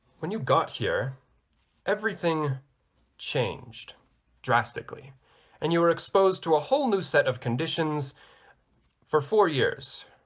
when you got here everything changed drastically and you were exposed to a whole new set of conditions for four years.